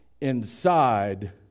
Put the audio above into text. inside